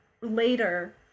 later